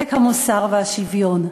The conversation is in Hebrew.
המוסר והשוויון.